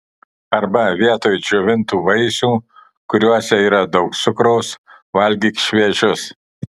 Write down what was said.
arba vietoj džiovintų vaisių kuriuose yra daug cukraus valgyk šviežius